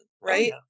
right